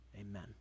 Amen